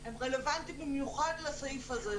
הם רלבנטיים במיוחד לסעיף הזה.